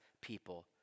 people